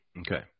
Okay